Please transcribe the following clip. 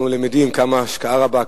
אנחנו למדים איזו השקעה רבה,